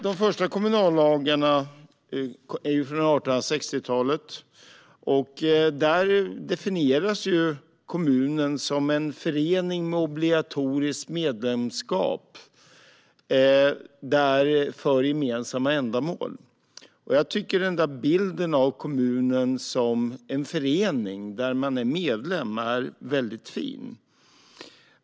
De första kommunallagarna är från 1860-talet. Där definieras kommunen som en förening med obligatoriskt medlemskap för gemensamma ändamål. Jag tycker att bilden av kommunen som en förening där man är medlem är väldigt fin.